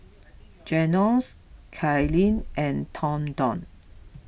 Junious Cailyn and Thornton